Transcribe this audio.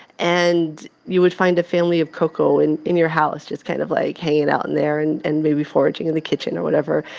and you would find a family of ko'ko' in in your house just kind of, like, hanging out in there and and maybe foraging in the kitchen or whatever.